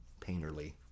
painterly